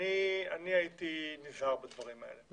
אני הייתי נזהר בדברים האלה.